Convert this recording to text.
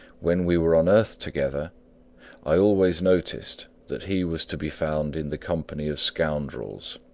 when we were on earth together i always noticed that he was to be found in the company of scoundrels.